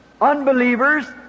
unbelievers